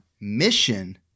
mission